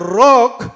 rock